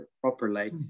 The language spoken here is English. properly